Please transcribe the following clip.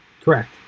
Correct